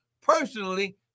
personally